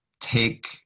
take